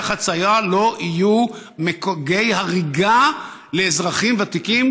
החצייה לא יהיו גיא הריגה לאזרחים ותיקים,